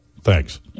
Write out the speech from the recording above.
Thanks